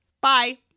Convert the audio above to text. Bye